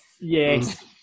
yes